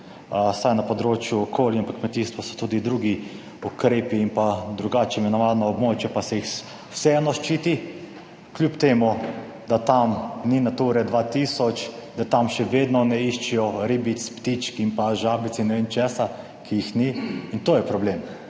Vsaj na področju okolja in kmetijstva so tudi drugi ukrepi in pa drugače imenovano območje, pa se jih vseeno ščiti, kljub temu, da tam ni Nature 2000, da tam še vedno ne iščejo ribic, ptic in žabic in ne vem česa, ki jih ni. In to je problem.